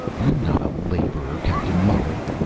i'm not a laborer, captain muller!